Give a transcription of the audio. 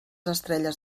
estrelles